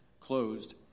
closed